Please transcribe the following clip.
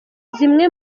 zimwe